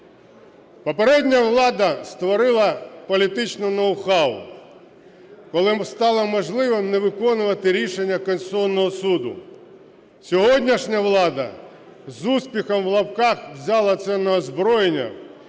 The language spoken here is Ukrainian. Попередня влада створила політичне ноу-хау, коли стало можливим не виконувати рішення Конституційного Суду. Сьогоднішня влада "з успіхом" (в лапках) взяла це на озброєння,